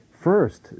first